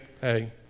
hey